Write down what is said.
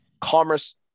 commerce